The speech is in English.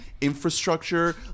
Infrastructure